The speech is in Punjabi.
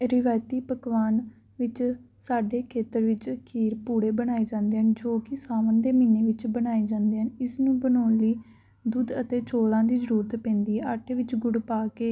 ਰਵਾਇਤੀ ਪਕਵਾਨ ਵਿੱਚ ਸਾਡੇ ਖੇਤਰ ਵਿੱਚ ਖੀਰ ਪੂੜੇ ਬਣਾਏ ਜਾਂਦੇ ਹਨ ਜੋ ਕਿ ਸਾਵਣ ਦੇ ਮਹੀਨੇ ਵਿੱਚ ਬਣਾਏ ਜਾਂਦੇ ਹਨ ਇਸ ਨੂੰ ਬਣਾਉਣ ਲਈ ਦੁੱਧ ਅਤੇ ਚੌਲਾਂ ਦੀ ਜ਼ਰੂਰਤ ਪੈਂਦੀ ਹੈ ਆਟੇ ਵਿੱਚ ਗੁੜ ਪਾ ਕੇ